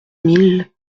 mille